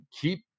keep